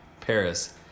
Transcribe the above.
paris